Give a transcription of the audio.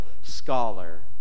scholar